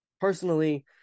personally